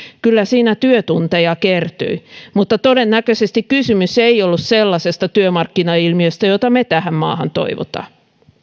kyllä siinä työtunteja kertyi mutta todennäköisesti kysymys ei ollut sellaisesta työmarkkinailmiöstä jota me tähän maahan toivomme